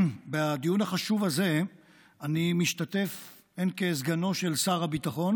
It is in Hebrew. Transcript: בדיון החשוב הזה אני משתתף הן כסגנו של שר הביטחון